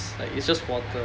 like it's just water